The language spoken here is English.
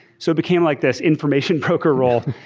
so became like this information poker roll.